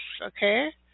Okay